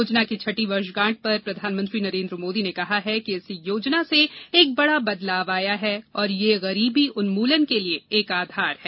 योजना की छठी वर्षगांठ पर प्रधानमंत्री नरेन्द्र मोदी ने कहा है कि इस योजना से एक बड़ा बदलाव आया है और यह गरीबी उन्मूलन के लिए एक आधार है